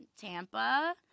Tampa